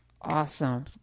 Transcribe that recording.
Awesome